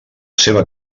seva